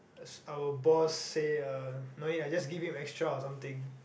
our boss say uh no need ah just give him extra or something